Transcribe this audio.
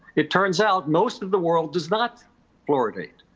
it turns out most of the world does not fluoridate.